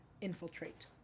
infiltrate